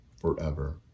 forever